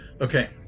okay